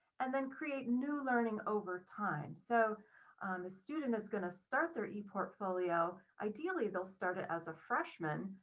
and then create new learning over time. so the student is going to start their eportfolio, ideally, they'll start ah as a freshman,